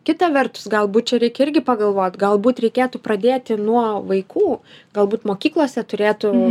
kita vertus galbūt čia reikia irgi pagalvot galbūt reikėtų pradėti nuo vaikų galbūt mokyklose turėtų